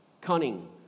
cunning